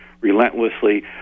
relentlessly